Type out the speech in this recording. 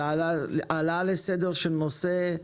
על ההעלאה לסדר של נושא,